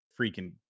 freaking